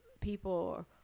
people